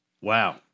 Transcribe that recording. Wow